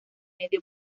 medio